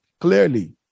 clearly